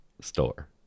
store